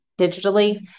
digitally